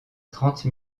trente